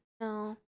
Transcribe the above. No